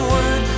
Word